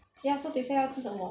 ya so 等一下要吃什么